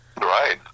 Right